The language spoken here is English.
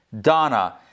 Donna